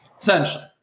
essentially